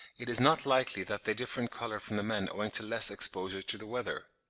it is not likely that they differ in colour from the men owing to less exposure to the weather.